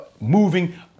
moving